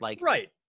Right